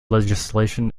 legislation